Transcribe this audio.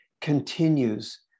continues